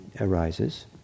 arises